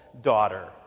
daughter